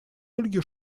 ольге